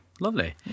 Lovely